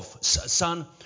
son